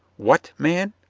what, man!